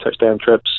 touchdowntrips